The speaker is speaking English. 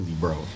bro